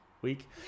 week